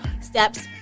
steps